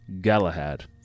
galahad